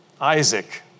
Isaac